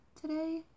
today